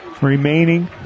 remaining